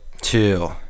Two